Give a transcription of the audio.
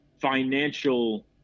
financial